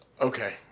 Okay